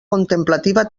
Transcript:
contemplativa